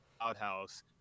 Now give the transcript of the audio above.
outhouse